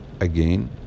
Again